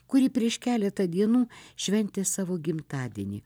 kuri prieš keletą dienų šventė savo gimtadienį